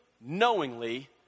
knowingly